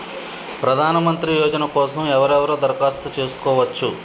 ప్రధానమంత్రి యోజన కోసం ఎవరెవరు దరఖాస్తు చేసుకోవచ్చు?